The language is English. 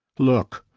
look,